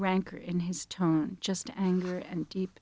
rancor in his tone just anger and deep